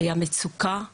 היה מצוקה רבה,